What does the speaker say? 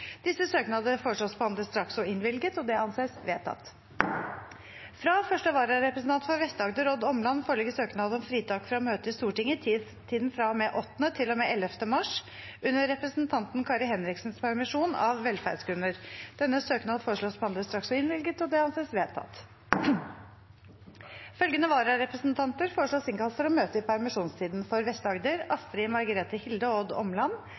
Disse søknader foreslås behandlet straks og innvilget. – Det anses vedtatt. Fra første vararepresentant for Vest-Agder, Odd Omland , foreligger søknad om fritak fra å møte i Stortinget i tiden fra og med 8. mars til og med 11. mars under representanten Kari Henriksens permisjon, av velferdsgrunner. Etter forslag fra presidenten ble enstemmig besluttet: Denne søknad behandles straks og innvilges. Følgende vararepresentanter innkalles for å møte i